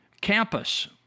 campus